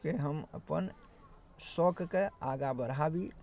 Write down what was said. कि हम अपन सौखके आगाँ बढ़ाबी